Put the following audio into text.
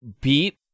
beat